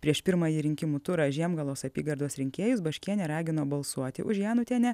prieš pirmąjį rinkimų turą žiemgalos apygardos rinkėjus baškienė ragino balsuoti už janutienę